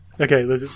Okay